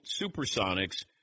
Supersonics